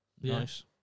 nice